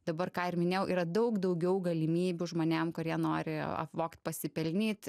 dabar ką ir minėjau yra daug daugiau galimybių žmonėm kurie nori apvogt pasipelnyt